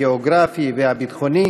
הגיאוגרפי והביטחוני,